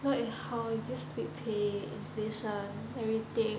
look at how this week pay inflation everything